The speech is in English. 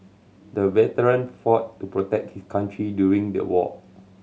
the veteran fought to protect his country during the war